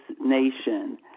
nation